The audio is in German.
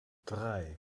drei